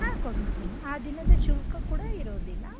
ಹಾಂ ಕೊಡುತ್ತೇನೆ ಆ ದಿನದ ಶುಲ್ಕ ಕೂಡ ಇರೋದಿಲ್ಲ